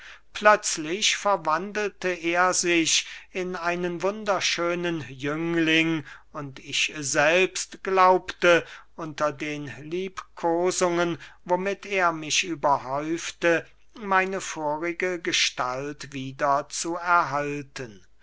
plötzlich verwandelte er sich in einen wunderschönen jüngling und ich selbst glaubte unter den liebkosungen womit er mich überhäufte meine vorige gestalt wieder zu erhalten